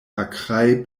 akraj